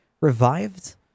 Revived